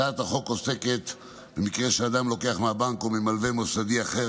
הצעת החוק עוסקת במקרה שאדם לוקח מהבנק או ממלווה מוסדי אחר